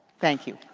thank you.